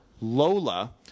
Lola